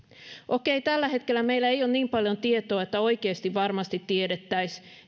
okei tällä hetkellä meillä ei ole niin paljon tietoa että oikeasti varmasti tiedettäisiin